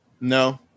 No